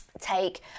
take